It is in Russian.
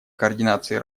координации